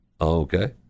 okay